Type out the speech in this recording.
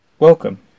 Welcome